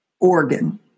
organ